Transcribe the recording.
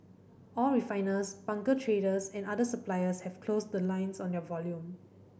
all refiners bunker traders and other suppliers have closed the lines on their volume